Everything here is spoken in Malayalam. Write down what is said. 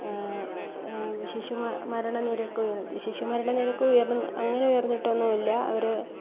ശിശു മരണ നിരക്ക് ശിശു മരണ നിരക്ക് ഉയർന്ന് അങ്ങനെ ഉയർന്നിട്ടൊന്നുമില്ല അവർ